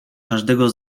każdego